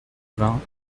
vingts